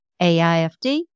AIFD